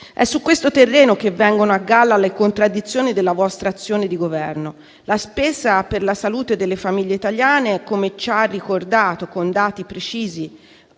È su questo terreno che vengono a galla le contraddizioni della vostra azione di Governo: la spesa per la salute delle famiglie italiane, come ci ha ricordato, con dati precisi,